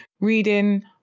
reading